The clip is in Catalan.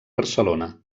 barcelona